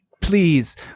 Please